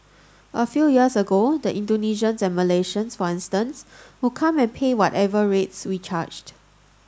a few years ago the Indonesians and Malaysians for instance would come and pay whatever rates we charged